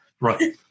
right